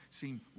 seem